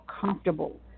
comfortable